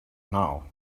now